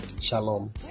Shalom